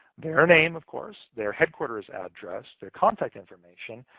their name, of course, their headquarters address, their contact information.